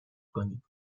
کنید